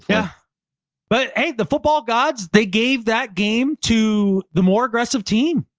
yeah but hey, the football gods, they gave that game to the more aggressive team.